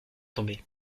tomber